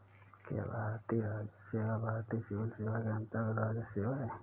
क्या भारतीय राजस्व सेवा भारतीय सिविल सेवा के अन्तर्गत्त राजस्व सेवा है?